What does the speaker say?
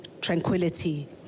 tranquility